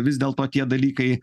vis dėlto tie dalykai